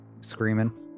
Screaming